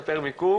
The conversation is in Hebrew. גמור.